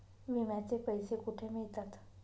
विम्याचे पैसे कुठे मिळतात?